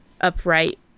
upright